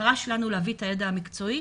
המטרה שלנו להביא את הידע המקצועי,